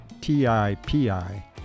t-i-p-i